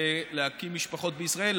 ולהקים משפחות בישראל,